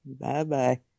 Bye-bye